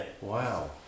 Wow